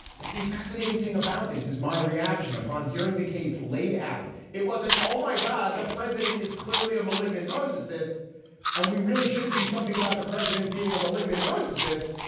but the fascinating thing about this is my reaction upon hearing the case laid out it was an oh my god. the president is clearly a malignant narcissist and we really should do something about the president being a malignant narcissist.